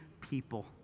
people